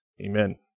Amen